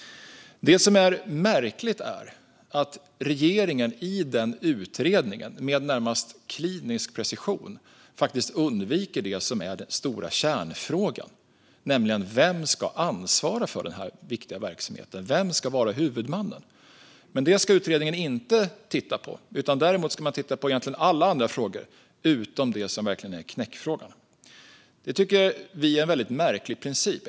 Det som är märkligt är att regeringen i den utredningen med närmast klinisk precision faktiskt undviker den stora kärnfrågan, nämligen vem som ska ansvara för den viktiga verksamheten. Vem ska vara huvudmannen? Men det ska utredningen inte titta på. Däremot ska man titta på alla andra frågor utom det som verkligen är knäckfrågan. Detta tycker vi är en märklig princip.